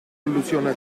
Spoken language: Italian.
allusione